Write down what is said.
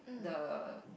the